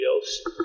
else